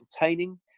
entertaining